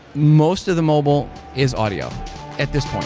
most of the mobile is audio at this point.